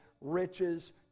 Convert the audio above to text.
riches